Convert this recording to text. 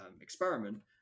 experiment